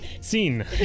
Scene